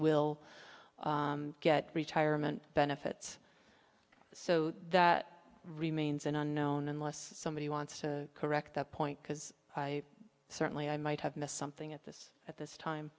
will get retirement benefits so that remains an unknown unless somebody wants to correct that point because i certainly i might have missed something at this at this time